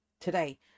today